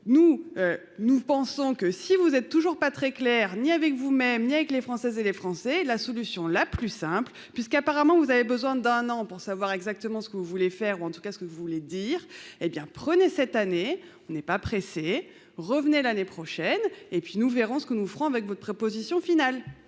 nous, nous pensons que si vous êtes toujours pas très clair ni avec vous même ni avec les Françaises et les Français. La solution la plus simple, puisqu'apparemment vous avez besoin d'un an pour savoir exactement ce que vous voulez faire ou en tout cas ce que vous voulez dire. Eh bien prenez cette année n'est pas pressé. Revenez l'année prochaine et puis nous verrons ce que nous ferons avec votre proposition finale.